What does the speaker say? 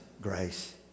grace